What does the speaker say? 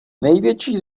největší